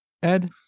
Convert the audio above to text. Ed